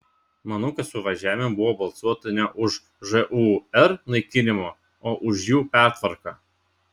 manau kad suvažiavime buvo balsuota ne už žūr naikinimą o už jų pertvarką